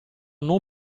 non